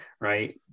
Right